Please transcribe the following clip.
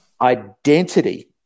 Identity